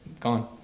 gone